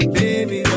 baby